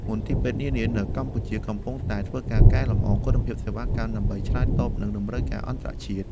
មន្ទីរពេទ្យនានានៅកម្ពុជាកំពុងតែធ្វើការកែលម្អគុណភាពសេវាកម្ម ដើម្បីឆ្លើយតបនឹងតម្រូវការអន្តរជាតិ។